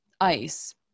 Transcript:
Ice